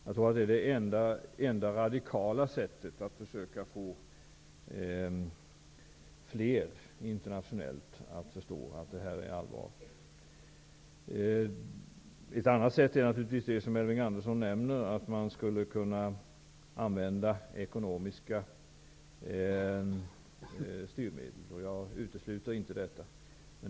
Jag tror att det är det enda radikala sättet att försöka få flera länder att förstå att det är allvar. Ett annat sätt är naturligtvis det som Elving Andersson nämner, dvs. att man skulle kunna använda ekonomiska styrmedel, och jag utesluter inte detta.